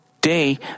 day